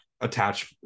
attach